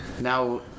now